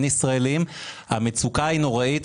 אין עובדים ישראלים והמצוקה היא נוראית.